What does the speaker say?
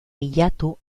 bilatu